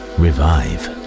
revive